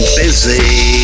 busy